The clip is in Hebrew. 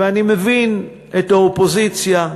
ואני מבין את האופוזיציה,